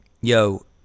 yo